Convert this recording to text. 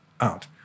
out